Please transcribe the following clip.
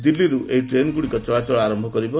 ଦିଲ୍ଲୀରୁ ଏହି ଟ୍ରେନ୍ଗୁଡ଼ିକ ଚଳାଚଳ ଆରମ୍ଭ କରିବ